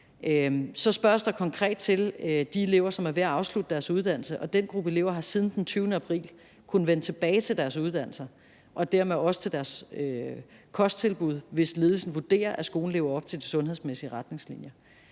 Så spørges der konkret til de elever, som er ved at afslutte deres uddannelse, og den gruppe elever har siden den 20. april kunnet vende tilbage til deres uddannelser og dermed også til deres kosttilbud, hvis ledelsen vurderer, at skolen lever op til de sundhedsmæssige retningslinjer.